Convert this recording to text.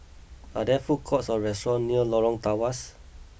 are there food courts or restaurant near Lorong Tawas